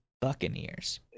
Buccaneers